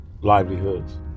livelihoods